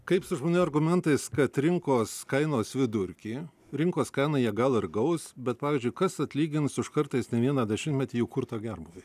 kaip su žmonių argumentais kad rinkos kainos vidurkį rinkos kainą jie gal ir gaus bet pavyzdžiui kas atlygins už kartais ne vieną dešimtmetį jau kurtą gerbūvį